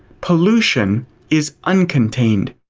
pollution is uncontained.